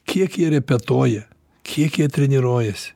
kiek jie repetuoja kiek jie treniruojasi